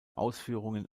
ausführungen